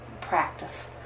practice